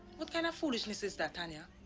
what kind of foolishness is that, tanya?